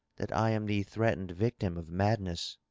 that i am the threatened victim of madness